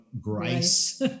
grace